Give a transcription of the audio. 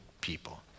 people